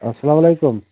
اَسلام علیکُم